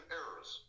errors